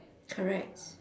correct